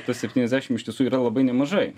tas septyiasdešim iš tiesų yra labai nemažai